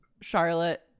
Charlotte